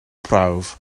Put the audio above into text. prawf